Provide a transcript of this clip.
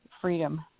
freedom